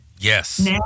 Yes